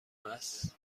است